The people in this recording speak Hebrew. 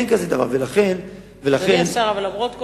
אין כזה דבר.